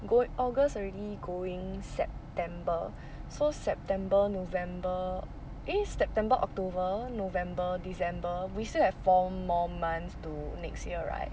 go~ august already going september so september november eh september october november december we still have four more months to next year right